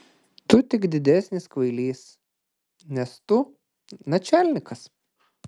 tu tik didesnis kvailys nes tu načialnikas